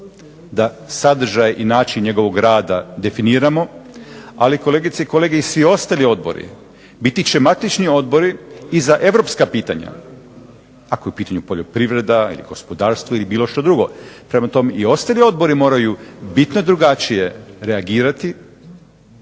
da sadržaj i način njegovog rada definiramo, ali kolegice i kolege svi ostali odbori biti će matični odbori i za europska pitanja, ako je u pitanu poljoprivreda, gospodarstvo ili što drugo. Prema tome, i ostali odbori moraju bitno drugačije reagirati,